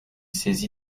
saisi